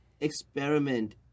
experiment